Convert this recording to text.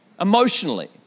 emotionally